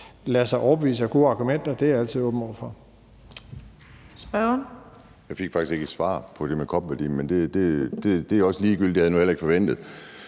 lade sig overbevise af gode argumenter er jeg altid åben over for.